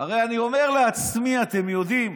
הרי אני אומר לעצמי, אתם יודעים,